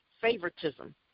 favoritism